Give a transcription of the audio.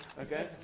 okay